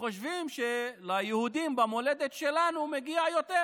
שחושבים שליהודים במולדת שלנו מגיע יותר